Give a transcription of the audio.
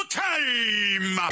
time